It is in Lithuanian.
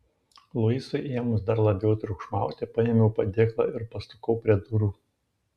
luisui ėmus dar labiau triukšmauti paėmiau padėklą ir pasukau prie durų